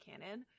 canon